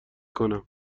کنم